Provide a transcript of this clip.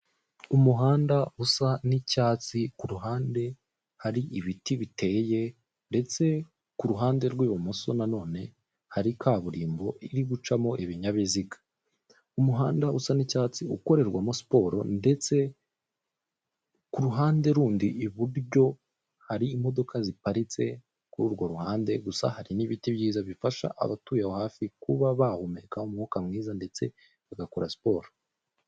Umuhanda usa n'icyatsi ku ruhande hari ibiti biteye, ndetse ku ruhande rw'ibumoso nanone hari kaburimbo iri gucamo ibinyabiziga. Umuhanda usa n'icyatsi ukorerwamo siporo, ndetse ku ruhande rundi iburyo hari imodoka ziparitse kuri urwo ruhande, gusa hari n'ibiti byiza bifasha abatuye hafi kuba bahumeka umwuka mwiza, ndetse bagakora siporo.